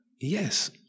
yes